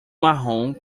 marrom